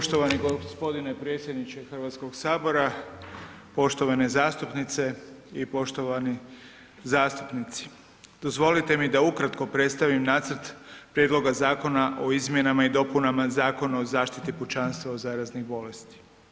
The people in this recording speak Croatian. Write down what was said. Poštovani gospodine predsjedniče Hrvatskog sabora, poštovane zastupnice i poštovani zastupnici, dozvolite mi da ukratko predstavim Nacrt Prijedloga Zakona o izmjenama i dopunama Zakona o zaštiti pučanstva od zaraznih bolesti.